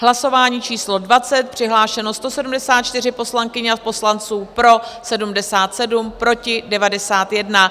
Hlasování číslo 20, přihlášeno 174 poslankyň a poslanců, pro 77, proti 91.